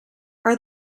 are